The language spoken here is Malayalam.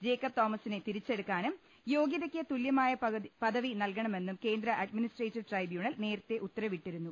ജേക്കബ് തോമസിനെ തിരിച്ചെടുക്കാനും യോഗ്യതയ്ക്ക് തുല്യമായ പദവി നൽകണമെന്നും കേന്ദ്ര അഡ്മി നിസ്ട്രേറ്റീവ് ട്രൈബ്യൂണൽ നേരത്തെ ഉത്തരവിട്ടിരുന്നു